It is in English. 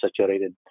saturated